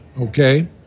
Okay